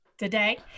Today